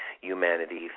humanity